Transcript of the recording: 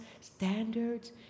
standards